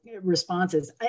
responses